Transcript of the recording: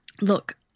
Look